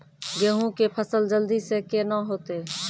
गेहूँ के फसल जल्दी से के ना होते?